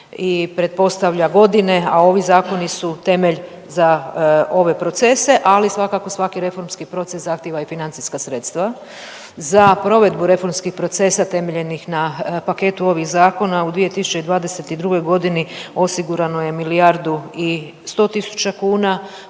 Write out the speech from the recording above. i pretpostavlja godine, a ovi zakoni su temelj za ove procese, ali svakako svaki reformski proces zahtjeva i financijska sredstva. Za provedbu reformskih procesa temeljenih na paketu ovih zakona u 2022. godini osigurano je milijardu i 100.000 kuna,